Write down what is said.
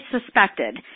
suspected